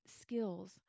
skills